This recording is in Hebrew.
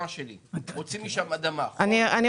ומוציא משם אדמה -- נשמע אותם.